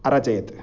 अरचयत्